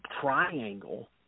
triangle